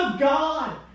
God